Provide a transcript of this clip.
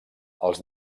els